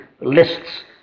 lists